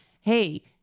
hey